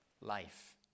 life